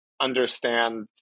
understand